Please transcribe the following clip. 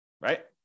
right